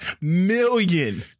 Million